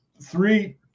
Three